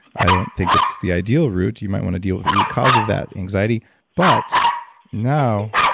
i don't think it's the ideal route, you might want to deal with the root-cause of that anxiety but now